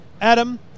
Adam